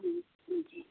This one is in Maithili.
हुँ जी